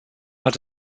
hat